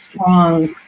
strong